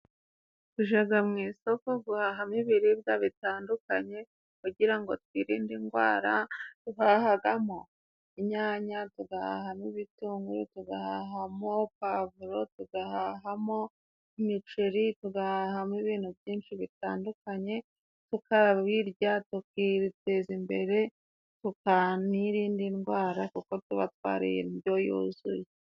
Tujya mu isoko guhahamo ibiribwa bitandukanye kugira ngo twirinde indwara. Duhahamo inyanya, tugahahamo ibitunguru, tugahahamo pavuro, tugahahamo imiceri, tugahahamo ibintu byinshi bitandukanye tukabirya, tukiteza imbere tukanirinda indwara kuko tuba twariye indyo yuzuye.